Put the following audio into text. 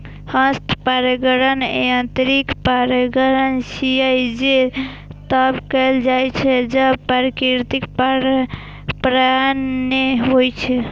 हस्त परागण यांत्रिक परागण छियै, जे तब कैल जाइ छै, जब प्राकृतिक परागण नै होइ छै